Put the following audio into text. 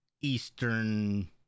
Eastern